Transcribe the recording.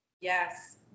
Yes